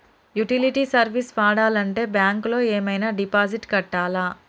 Utility service వాడాలంటే bank లో ఏమైనా డిపాజిట్ కట్టాలా?